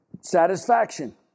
satisfaction